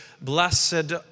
blessed